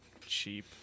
cheap